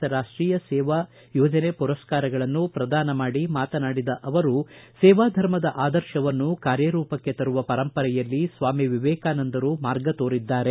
ರಾಷ್ಷೀಯ ಸೇವಾ ಯೋಜನೆ ಪುರಸ್ಕಾರಗಳನ್ನು ಪ್ರದಾನ ಮಾಡಿ ಮಾತನಾಡಿದ ಅವರು ಸೇವಾಧರ್ಮದ ಆದರ್ಶವನ್ನು ಕಾರ್ಯರೂಪಕ್ಕೆ ತರುವ ಪರಂಪರೆಯಲ್ಲಿ ಸ್ವಾಮೀ ವಿವೇಕಾನಂದರು ಮಾರ್ಗ ತೋರಿದ್ದಾರೆ